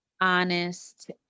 Honest